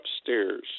upstairs